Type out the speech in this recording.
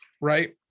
Right